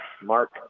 Mark